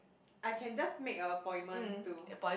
I can just make a appointment to